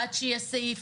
עד שיהיה סעיף,